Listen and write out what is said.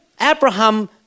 Abraham